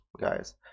guys